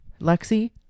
lexi